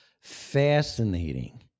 fascinating